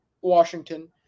Washington